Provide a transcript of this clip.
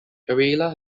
karelia